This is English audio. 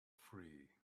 free